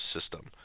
system